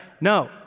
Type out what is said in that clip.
No